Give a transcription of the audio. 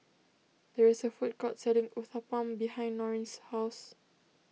there is a food court selling Uthapam behind Norine's house